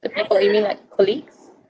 you mean like colleagues